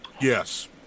Yes